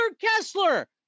Kessler